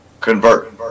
convert